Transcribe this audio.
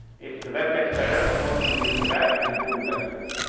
if the web gets better, more people use the web and google benefits.